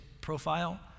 profile